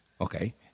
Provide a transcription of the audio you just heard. Okay